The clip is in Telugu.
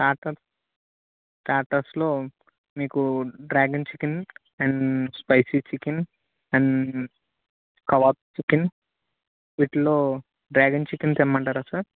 స్టాటర్స్ స్టాటర్స్లో మీకు dragon chicken and spicy chicken and kebab chicken వీటిలో డ్రాగన్ చికెన్ తెమ్మంటారా సార్